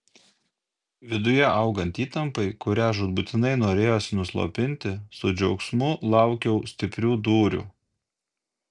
viduje augant įtampai kurią žūtbūtinai norėjosi nuslopinti su džiaugsmu laukiau stiprių dūrių